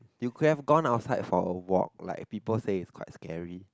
you could have gone outside for a walk like people say it's quite scary